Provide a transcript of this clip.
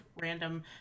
random